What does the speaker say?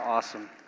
Awesome